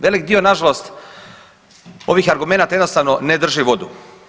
Velik dio nažalost ovih argumenata jednostavno ne drži vodu.